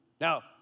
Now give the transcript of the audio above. now